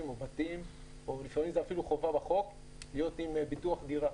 או בתים ולפעמים זו אפילו חובה בחוק להיות עם ביטוח דירה.